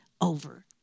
over